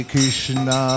Krishna